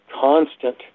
constant